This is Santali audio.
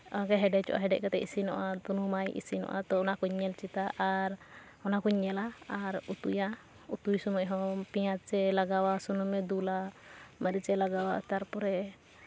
ᱟᱨ ᱦᱮᱰᱮᱡᱚᱜᱼᱟ ᱦᱮᱰᱮᱡ ᱠᱟᱛᱮᱜ ᱤᱥᱤᱱᱚᱜᱼᱟ ᱛᱩᱱᱩᱢᱟᱭ ᱤᱥᱤᱱᱚᱜᱼᱟ ᱛᱳ ᱚᱱᱟ ᱠᱚᱧ ᱧᱮᱞ ᱪᱮᱫᱟ ᱟᱨ ᱚᱱᱟ ᱠᱩᱧ ᱧᱮᱞᱟ ᱟᱨ ᱩᱛᱩᱭᱟ ᱩᱛᱩᱭ ᱥᱚᱢᱚᱭ ᱦᱚᱸ ᱯᱮᱸᱡᱟᱡᱮ ᱞᱟᱜᱟᱣᱟ ᱥᱩᱱᱩᱢᱮ ᱫᱩᱞᱟ ᱢᱟᱹᱨᱤᱪᱮ ᱞᱟᱜᱟᱣᱟ ᱛᱟᱨᱯᱚᱨᱮ